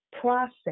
process